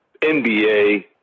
NBA